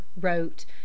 wrote